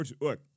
look